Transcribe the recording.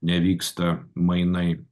nevyksta mainai